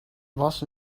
was